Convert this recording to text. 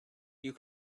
you